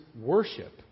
worship